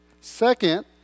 Second